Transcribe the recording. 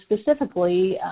specifically